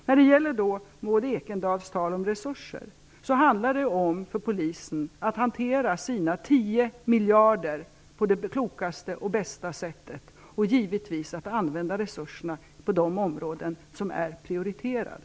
Maud Ekendahl talar om Polisens resurser. Det handlar för Polisen om att hantera sina 10 miljarder på det klokaste och bästa sättet och givetvis att använda resurserna på de områden som är prioriterade.